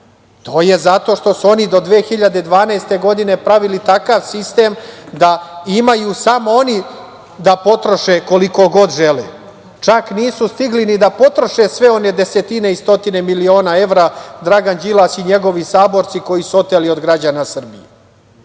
je zato što su oni do 2012. godine pravili takav sistem da imaju samo oni da potroše koliko god žele, čak nisu stigli ni da potroše sve one desetine i stotine miliona evra, Dragan Đilas i njegovi saborci, koji su oteli od građana Srbije. Zato